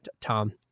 Tom